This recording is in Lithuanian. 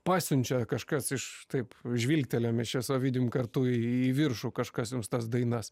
pasiunčia kažkas iš taip žvilgtelėjom mes čia su ovidijum kartu į į viršų kažkas jums tas dainas